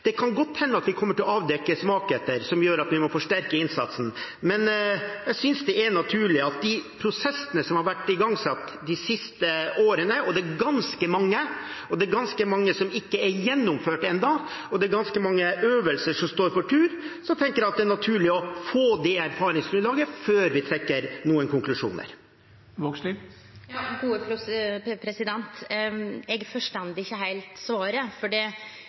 Det kan godt hende at vi kommer til å avdekke svakheter som gjør at vi må forsterke innsatsen, men de prosessene som har vært igangsatt de siste årene – det er ganske mange, det er ganske mange som ikke er gjennomført ennå, og det er ganske mange øvelser som står for tur – tenker jeg at det er naturlig å få erfaringsgrunnlag fra før vi trekker noen konklusjoner.